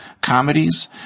comedies